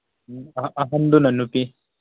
ꯑꯍꯟꯗꯨꯅ ꯅꯨꯄꯤ